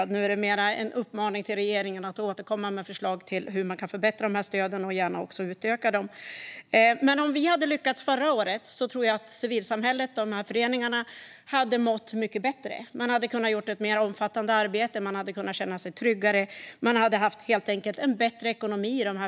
Nu handlar det mer om en uppmaning till regeringen att återkomma med förslag om hur man kan förbättra stöden och gärna utöka dem. Om vi hade lyckats förra året hade förmodligen civilsamhället och de föreningar det handlar om mått mycket bättre. De hade kunnat göra ett mer omfattande arbete, hade känt sig tryggare och hade haft en bättre ekonomi.